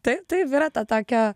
taip taip yra to tokio